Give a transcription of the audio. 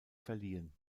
verliehen